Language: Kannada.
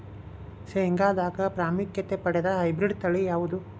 ಶೇಂಗಾದಾಗ ಪ್ರಾಮುಖ್ಯತೆ ಪಡೆದ ಹೈಬ್ರಿಡ್ ತಳಿ ಯಾವುದು?